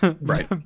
Right